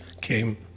came